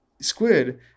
squid